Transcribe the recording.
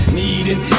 needing